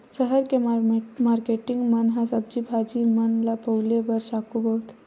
सहर के मारकेटिंग मन ह सब्जी भाजी मन ल पउले बर चाकू बउरथे